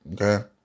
okay